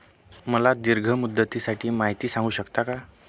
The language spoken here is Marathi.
मला दीर्घ मुदतीसाठी माहिती सांगू शकता का?